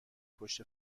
پشت